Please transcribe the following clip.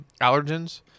allergens